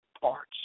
parts